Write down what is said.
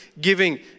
giving